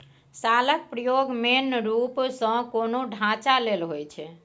शालक प्रयोग मेन रुप सँ कोनो ढांचा लेल होइ छै